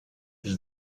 ils